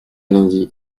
lundi